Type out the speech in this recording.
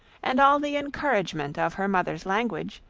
and all the encouragement of her mother's language,